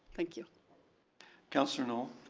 thank you councillor knoll?